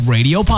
Radio